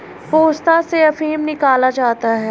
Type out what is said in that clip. पोस्ता से अफीम निकाला जाता है